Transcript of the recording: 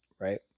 Right